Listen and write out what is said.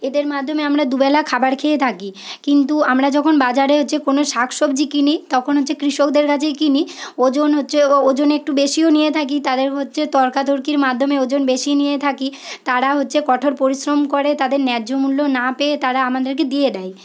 এদের মাধ্যমে আমরা দুবেলা খাবার খেয়ে থাকি কিন্তু আমরা যখন বাজারে হচ্ছে কোনও শাক সবজি কিনি তখন হচ্ছে কৃষকদের কাছেই কিনি ওজন হচ্ছে ওজনে একটু বেশীও নিয়ে থাকি তাদের হচ্ছে তর্কাতর্কির মাধ্যমে ওজন বেশী নিয়ে থাকি তারা হচ্ছে কঠোর পরিশ্রম করে তাদের ন্যায্য মূল্য না পেয়ে তারা আমাদেরকে দিয়ে দেয়